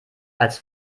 als